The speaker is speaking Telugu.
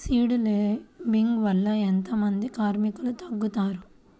సీడ్ లేంబింగ్ వల్ల ఎంత మంది కార్మికులు తగ్గుతారు?